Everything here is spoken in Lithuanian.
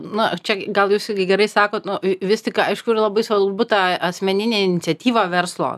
na čia gal jūs irgi gerai sakot nu vis tik aišku labai svarbu ta asmeninė iniciatyva verslo